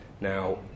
Now